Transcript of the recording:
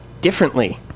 differently